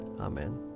Amen